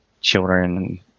children